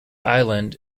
island